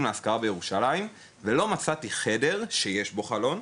להשכרה בירושלים" ולא הצלחתי למצוא שום חדר שיש בו חלון,